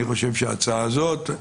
אני חושב שההצעה הזאת,